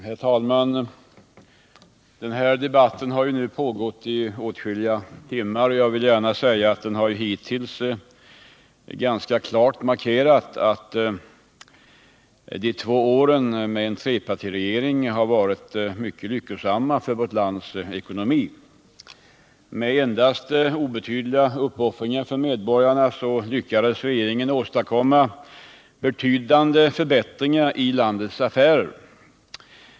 Herr talman! Den här debatten har nu pågått i åtskilliga timmar. Jag vill gärna säga att den hittills ganska klart har markerat att de två åren med en trepartiregering varit mycket lyckosamma för vårt lands ekonomi. Med endast obetydliga uppoffringar för medborgarna lyckades regeringen åstadkomma en betydande förbättring i landets affärer.